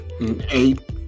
eight